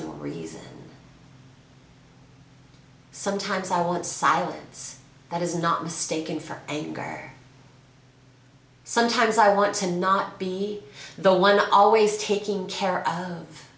no reason sometimes i want silence that is not mistaken for anger sometimes i want to not be the one i always taking care of